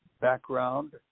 background